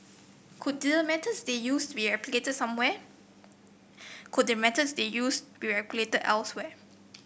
could the methods they use be a somewhere could the methods they used be replicated elsewhere